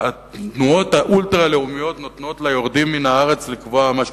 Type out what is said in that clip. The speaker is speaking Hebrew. התנועות האולטרה-לאומיות נותנות ליורדים מן הארץ לקבוע מה שקורה,